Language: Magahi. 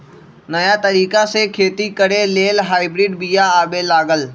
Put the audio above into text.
नयाँ तरिका से खेती करे लेल हाइब्रिड बिया आबे लागल